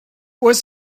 was